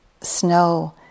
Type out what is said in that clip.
snow